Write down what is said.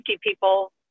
people